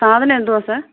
സാധനവെന്തുവാണ് sir